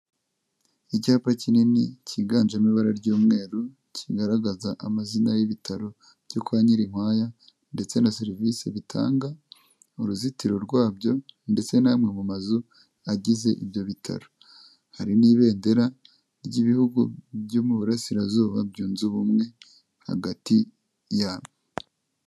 Icyapa kinini kiganjemo ibara ry'umweru kigaragaza amazina y'ibitaro byo kwa Nyirinkwaya ndetse na serivisi bitanga, uruzitiro rwabyo ndetse n'amwe mu mazu agize ibyo bitaro. Hari n'ibendera ry'ibihugu byo mu burasirazuba byunze ubumwe hagati yabyo.